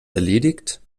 erledigt